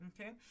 Okay